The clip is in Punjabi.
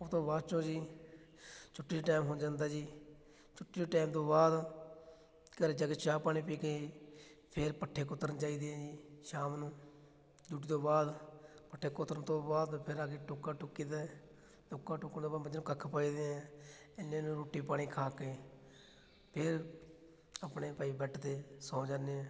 ਉਹ ਤੋਂ ਬਾਅਦ 'ਚੋਂ ਜੀ ਛੁੱਟੀ ਦਾ ਟੈਮ ਹੋ ਜਾਂਦਾ ਜੀ ਛੁੱਟੀ ਦੇ ਟੈਮ ਤੋਂ ਬਾਅਦ ਘਰ ਜਾ ਕੇ ਚਾਹ ਪਾਣੀ ਪੀ ਕੇ ਫੇਰ ਪੱਠੇ ਕੁਤਰਨ ਜਾਈਦੇ ਹੈ ਜੀ ਸ਼ਾਮ ਨੂੰ ਡਿਊਟੀ ਤੋਂ ਬਾਅਦ ਪੱਠੇ ਕੁਤਰਨ ਤੋਂ ਬਾਅਦ ਫੇਰ ਆ ਕੇ ਟੋਕਾ ਟੁੱਕੀ ਦਾ ਹੈ ਟੋਕਾ ਟੁੱਕਣ ਤੋਂ ਬਾਅਦ ਮੱਝਾਂ ਨੂੰ ਕੱਖ ਪਾਈਦੇ ਹੈ ਇੰਨੇ ਨੂੰ ਰੋਟੀ ਪਾਣੀ ਖਾ ਕੇ ਫੇਰ ਆਪਣੇ ਭਾਈ ਬੈਡ 'ਤੇ ਸੌ ਜਾਂਦੇ ਹਾਂ